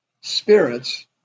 spirits